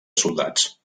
soldats